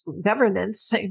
governance